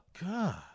God